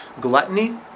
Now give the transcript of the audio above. Gluttony